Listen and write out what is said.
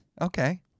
Okay